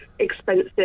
expensive